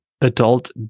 Adult